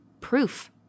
proof